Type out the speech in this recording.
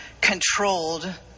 controlled